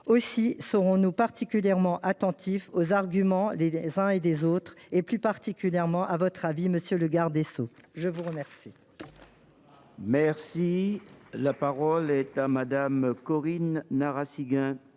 Aussi serons nous particulièrement attentifs aux arguments des uns et des autres, et plus particulièrement à votre avis, monsieur le garde des sceaux. La parole est à Mme Corinne Narassiguin.